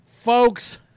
folks